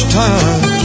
time